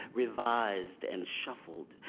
revised and shuffled,